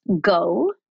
go